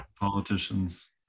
politicians